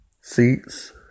seats